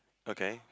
okay